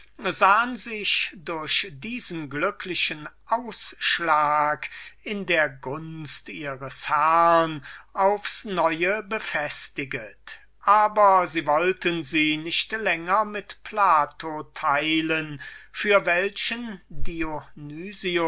sahen sich durch diesen glücklichen ausschlag in der gunst ihres herrn aufs neue befestiget aber sie waren nicht zufrieden so lange sie selbige mit dem plato teilen mußten für welchen